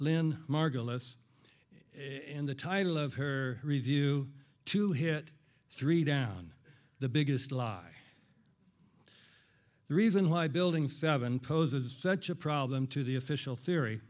lynn margulis in the title of her review to hit three down the biggest lie the reason why building seven poses such a problem to the official theory